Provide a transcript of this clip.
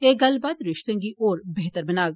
एह गल्लबात रिश्तें गी होर बेहतर बनाग